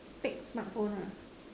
take smartphone ah